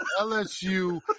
LSU